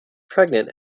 pregnant